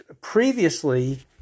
previously